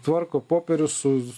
tvarko popierius su